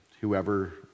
whoever